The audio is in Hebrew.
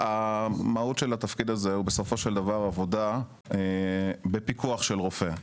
המהות של התפקיד הזה היא בסופו של דבר עבודה בפיקוח של רופא.